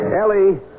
Ellie